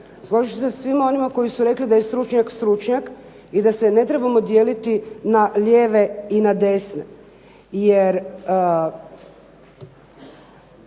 Složit ću se sa svima onima koji su rekli da je stručnjak stručnjak i da se ne trebamo dijeliti na lijeve i na desne